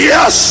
Yes